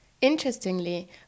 Interestingly